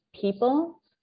people